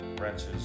wrenches